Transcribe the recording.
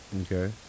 Okay